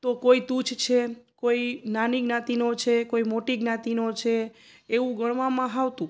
તો કોઈ તુચ્છ છે કોઈ નાની જ્ઞાતીનો છે કોઈ મોટી જ્ઞાતિનો છે એવું ગણવામાં આવતું